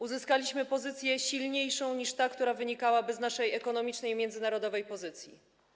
Uzyskaliśmy pozycję silniejszą niż ta, która wynikałaby z naszej ekonomicznej i międzynarodowej pozycji.